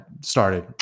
started